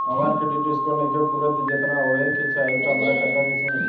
हमार credit score नईखे पूरत जेतना होए के चाही त हमरा कर्जा कैसे मिली?